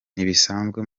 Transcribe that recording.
ntibisanzwe